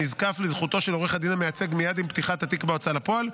שנזקף לזכותו של עורך הדין המייצג מייד עם פתיחת התיק בהוצאה לפועל,